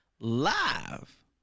live